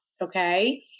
Okay